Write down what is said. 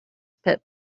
pet